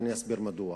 ואסביר מדוע.